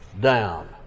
down